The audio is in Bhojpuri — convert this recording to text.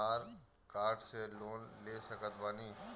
आधार कार्ड से लोन ले सकत बणी?